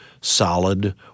solid